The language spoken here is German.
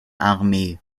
armee